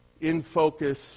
in-focus